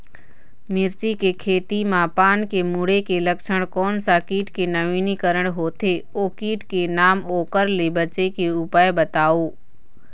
मिर्ची के खेती मा पान के मुड़े के लक्षण कोन सा कीट के नवीनीकरण होथे ओ कीट के नाम ओकर ले बचे के उपाय बताओ?